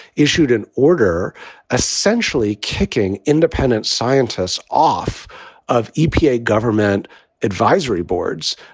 issued an order essentially kicking independent scientists off of epa government advisory boards,